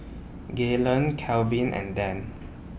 Gaylen Kevin and Dann